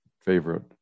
favorite